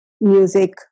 Music